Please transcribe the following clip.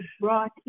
brought